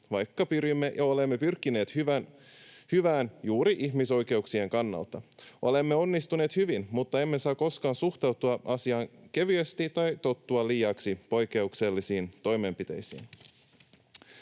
vaikka pyrimme ja olemme pyrkineet hyvään juuri ihmisoikeuksien kannalta. Olemme onnistuneet hyvin, mutta emme saa koskaan suhtautua asiaan kevyesti tai tottua liiaksi poikkeuksellisiin toimenpiteisiin.